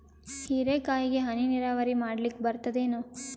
ಹೀರೆಕಾಯಿಗೆ ಹನಿ ನೀರಾವರಿ ಮಾಡ್ಲಿಕ್ ಬರ್ತದ ಏನು?